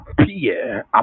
appear